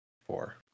Four